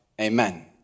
Amen